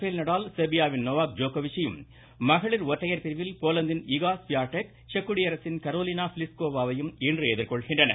பேல் நடால் செர்பியாவின் நொவாக் ஜோக்கோவிச்சையும் மகளிர் ஒற்றையர் பிரிவில் போலந்தின் இகா ஸ்வியாடெக் செக் குடியரசின் கரோலினா பிலிஸ்கோவாவையும் இன்று எதிர்கொள்கின்றனர்